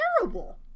terrible